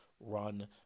run